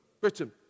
Britain